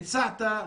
הצעת,